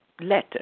letter